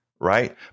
Right